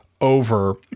over